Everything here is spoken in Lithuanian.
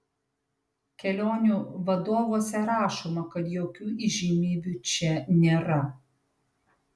kelionių vadovuose rašoma kad jokių įžymybių čia nėra